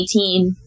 2018